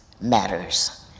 matters